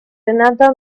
another